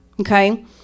Okay